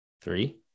Three